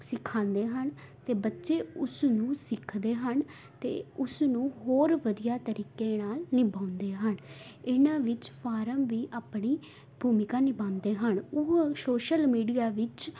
ਸਿਖਾਉਂਦੇ ਹਨ ਅਤੇ ਬੱਚੇ ਉਸ ਨੂੰ ਸਿੱਖਦੇ ਹਨ ਅਤੇ ਉਸ ਨੂੰ ਹੋਰ ਵਧੀਆ ਤਰੀਕੇ ਨਾਲ ਨਿਭਾਉਂਦੇ ਹਨ ਇਹਨਾਂ ਵਿੱਚ ਫਾਰਮ ਵੀ ਆਪਣੀ ਭੂਮਿਕਾ ਨਿਭਾਉਂਦੇ ਹਨ ਉਹ ਸੋਸ਼ਲ ਮੀਡੀਆ ਵਿੱਚ